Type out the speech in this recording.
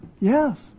Yes